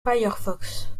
firefox